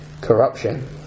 corruption